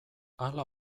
hala